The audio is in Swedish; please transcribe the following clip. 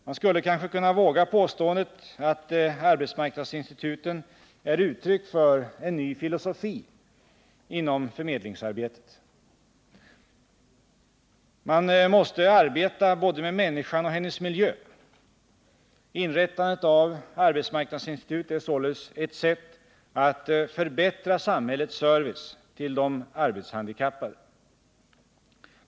Man skulle kanske kunna våga göra påståendet att arbetsmarknadsinstituten är uttryck för en ny filosofi inom förmedlingsarbetet. ”Man måste arbeta med både människan och hennes miljö.” Inrättandet av arbetsmarknadsinstitut är således ett sätt att förbättra samhällets service till de arbetshandikappade.